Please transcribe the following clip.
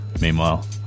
meanwhile